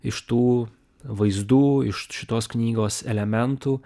iš tų vaizdų iš šitos knygos elementų